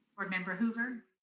board member hoover.